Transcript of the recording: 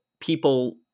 people